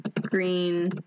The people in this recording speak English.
green